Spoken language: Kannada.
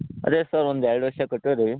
ಅದೆ ಸರ್ ಒಂದು ಎರಡು ವರ್ಷ ಕಟ್ಟುದ್ರಿ